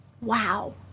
wow